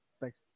thanks